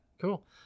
cool